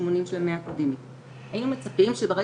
לשמוע ולהקשיב אני כן אשאל שאלה,